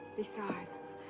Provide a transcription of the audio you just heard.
besides,